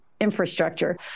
infrastructure